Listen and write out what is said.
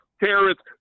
terrorists